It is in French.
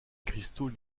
cristaux